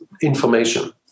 information